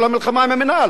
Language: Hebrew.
כל המלחמה עם המינהל,